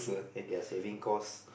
and they're saving cost